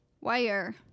Wire